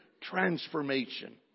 transformation